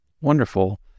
Wonderful